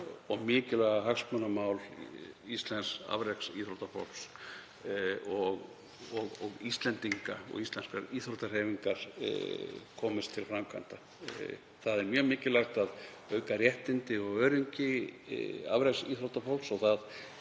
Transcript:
og mikilvæga hagsmunamál íslensks afreksíþróttafólks og Íslendinga og íslenskrar íþróttahreyfingar komist til framkvæmda. Það er mjög mikilvægt að auka réttindi og öryggi afreksíþróttafólks og það